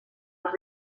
als